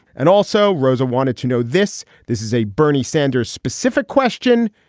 and also rosa wanted to know this. this is a bernie sanders specific question.